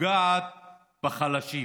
ופוגעת בחלשים,